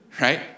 right